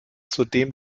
zudem